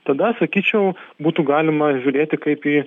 tada sakyčiau būtų galima žiūrėti kaip į